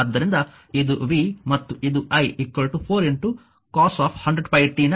ಆದ್ದರಿಂದ p v i